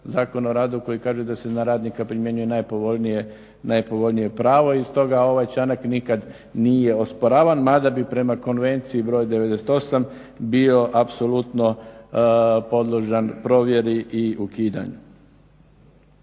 Zakona o radu koji kaže da se na radnika primjenjuje najpovoljnije pravo i stoga ovaj članak nije nikad osporavan, mada bi prema Konvenciji br. 98 bio apsolutno podložan promjeni i ukidanju.